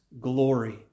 glory